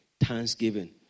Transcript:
Thanksgiving